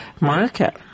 market